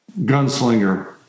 gunslinger